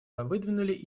выдвинули